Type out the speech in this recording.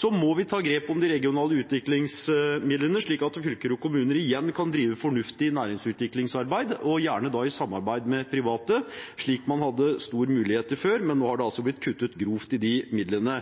Vi må ta grep om de regionale utviklingsmidlene, slik at fylker og kommuner igjen kan drive fornuftig næringsutviklingsarbeid, og da gjerne i samarbeid med private. Slik hadde man stor mulighet til før, men det er blitt kuttet grovt i de midlene.